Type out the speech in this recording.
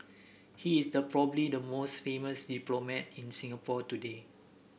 he is the probably the most famous diplomat in Singapore today